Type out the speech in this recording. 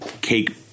cake